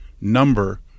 number